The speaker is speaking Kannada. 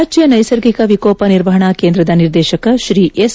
ರಾಜ್ಯ ನೈಸರ್ಗಿಕ ವಿಕೋಪ ನಿರ್ವಹಣಾ ಕೇಂದ್ರದ ನಿರ್ದೇಶಕ ಎಸ್